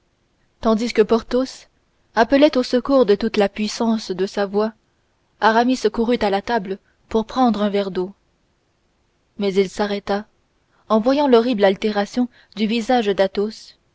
tandis que porthos appelait au secours de toute la puissance de sa voix aramis courut à la table pour prendre un verre d'eau mais il s'arrêta en voyant l'horrible altération du visage d'athos